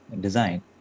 design